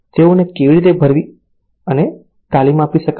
તેઓને કેવી રીતે ભરતી અને તાલીમ આપી શકાય